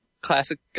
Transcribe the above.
Classic